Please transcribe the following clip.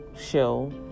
show